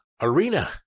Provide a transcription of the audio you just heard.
Arena